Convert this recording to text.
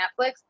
Netflix